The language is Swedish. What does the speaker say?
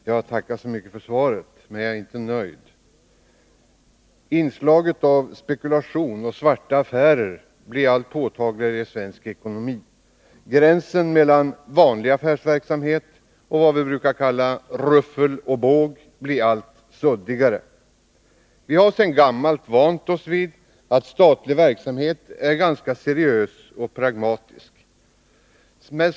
Herr talman! Jag tackar för svaret men är inte nöjd. Inslaget av spekulation och svarta affärer blir allt påtagligare i svensk ekonomi. Gränsen mellan vanlig affärsverksamhet och vad vi brukar kalla ruffel och båg blir allt suddigare. Vi har sedan gammalt vant oss vid att statlig verksamhet är ganska seriös och pragmatisk.